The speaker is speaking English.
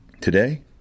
today